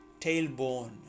tailbone